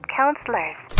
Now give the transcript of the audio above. counselors